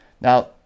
Now